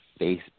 Facebook